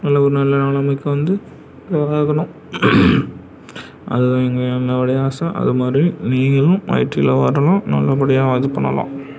நல்ல ஒரு நல்ல நிலமைக்கு வந்து ஒழுங்காக இருக்கணும் அதுதான் எங்கள் என்னுடைய ஆசை அதுமாதிரி நீங்களும் ஐடியில் வரணும் நல்லபடியாக இது பண்ணலாம்